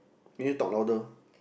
you need talk louder